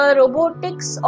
robotics